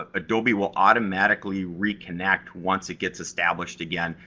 ah adobe will automatically reconnect once it gets established again,